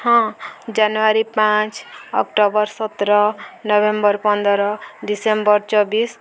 ହଁ ଜାନୁଆରୀ ପାଞ୍ଚ ଅକ୍ଟୋବର ସତର ନଭେମ୍ବର ପନ୍ଦର ଡିସେମ୍ବର ଚବିଶି